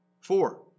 Four